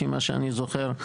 לפי מה שאני זוכר,